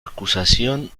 acusación